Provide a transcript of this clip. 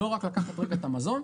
לא רק לקחת רגע את המזון,